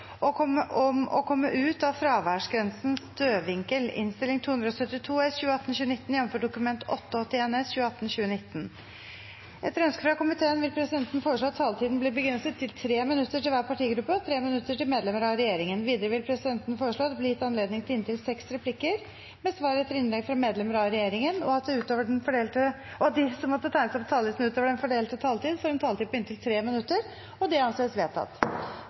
vil presidenten foreslå at taletiden blir begrenset til 3 minutter til hver partigruppe og 3 minutter til medlemmer av regjeringen. Videre vil presidenten foreslå at det – innenfor den fordelte taletid – blir gitt anledning til inntil seks replikker med svar etter innlegg fra medlemmer av regjeringen, og at de som måtte tegne seg på talerlisten utover den fordelte taletid, får en taletid på inntil 3 minutter. – Det anses vedtatt.